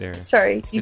sorry